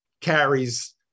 carries